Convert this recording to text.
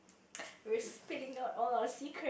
we are spilling out all our secret